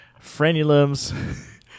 frenulums